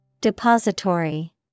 Depository